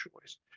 choice